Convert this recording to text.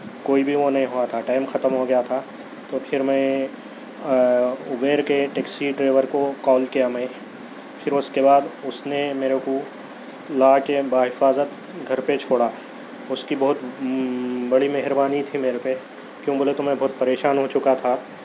کوئی بھی وہ نہیں ہُوا تھا ٹائم ختم ہوگیا تھا تو پھر میں آ اوبیر کے ٹیکسی ڈرآیور کو کال کیا میں پھر اُس کے بعد اُس نے میرے کو لا کے با حفاظت گھر پہ چھوڑا اُس کی بہت بڑی مہربانی تھی میرے پہ کیوں بولے تو میں بہت پریشان ہو چُکا تھا